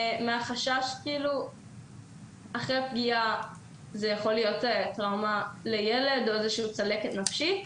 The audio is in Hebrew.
מהחשש שאחרי הפגיעה זה יכול להיות טראומה לילד או צלקת נפשית,